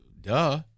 Duh